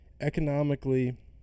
economically